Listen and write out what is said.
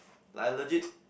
like allergic